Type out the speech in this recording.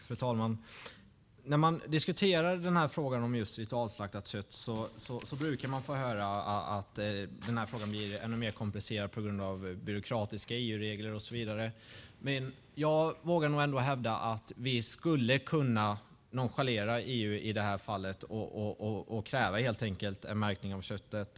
Fru talman! När man diskuterar frågan om ritualslaktat kött brukar man få höra att frågan blir ännu mer komplicerad på grund av byråkratiska EU-regler och så vidare. Jag vågar nog ändå hävda att vi skulle kunna nonchalera EU i det här fallet och kräva en märkning av köttet.